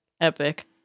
Epic